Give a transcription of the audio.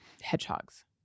Hedgehogs